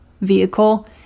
vehicle